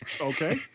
Okay